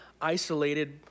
isolated